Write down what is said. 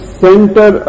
center